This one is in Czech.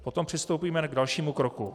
Potom přistoupíme k dalšímu kroku.